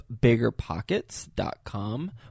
BiggerPockets.com